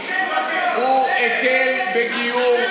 הוא הקל בגיור.